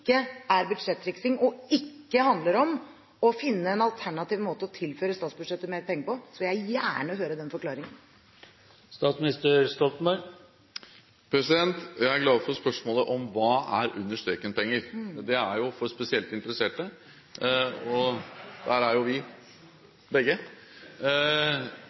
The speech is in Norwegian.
er budsjettriksing og ikke handler om å finne en alternativ måte å tilføre statsbudsjettet mer penger på, vil jeg gjerne høre den forklaringen. Jeg er glad for spørsmålet om hva under-streken-penger er. Dette er for spesielt interesserte – og det er vi jo begge.